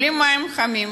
בלי מים חמים,